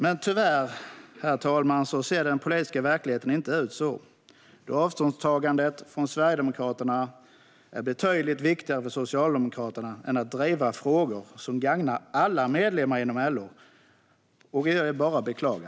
Men tyvärr, herr talman, ser den politiska verkligheten inte ut så, då avståndstagandet från Sverigedemokraterna är betydligt viktigare för Socialdemokraterna än att driva frågor som gagnar alla medlemmar inom LO. Detta är bara att beklaga.